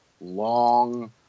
long